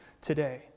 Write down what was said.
today